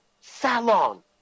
salon